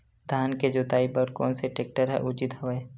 धान के जोताई बर कोन से टेक्टर ह उचित हवय?